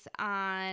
on